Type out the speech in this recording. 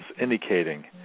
indicating